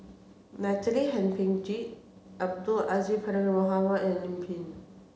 Natalie Hennedige Abdul Aziz Pakkeer Mohamed and Lim Pin